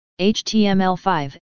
HTML5